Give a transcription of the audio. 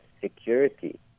security